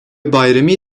bayrami